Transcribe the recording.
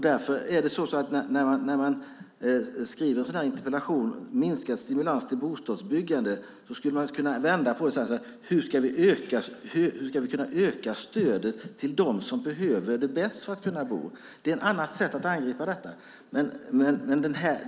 När man skriver en sådan här interpellation, Minskad stimulans till bostadsbyggande , skulle man kunna vända på det och säga: Hur ska vi kunna öka stöden till dem som behöver dem bäst för sitt boende? Det är ett annat sätt att angripa detta.